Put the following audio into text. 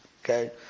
okay